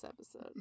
episode